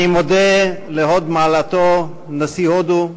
אני מודה להוד מעלתו נשיא הודו,